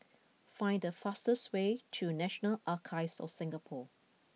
find the fastest way to National Archives of Singapore